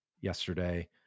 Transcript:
yesterday